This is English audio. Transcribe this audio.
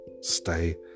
stay